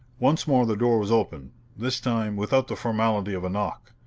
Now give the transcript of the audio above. once more the door was opened this time without the formality of a knock.